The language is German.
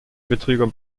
betrüger